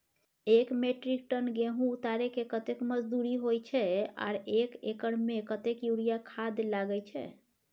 एक metric ton गेहूं उतारेके कतेक मजदूरी होय छै आर एक एकर में कतेक यूरिया खाद लागे छै?